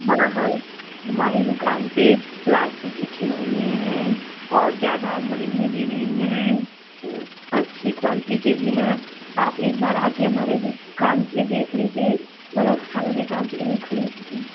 हाँ हाँ हमारी दुकान पर प्लाश्टिक के खिलौने हैं और क्या नाम है भी नहीं है अच्छी क्वालिटी के भी हैं आप एक बार आकर हमारे दुकान पर देख लीजिये और अच्छा लगे तो आप ज़रूर खरीद ले